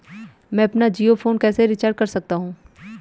मैं अपना जियो फोन कैसे रिचार्ज कर सकता हूँ?